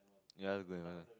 ya that's a good investment